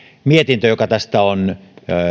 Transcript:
mietintö joka tästä on